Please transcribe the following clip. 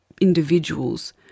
individuals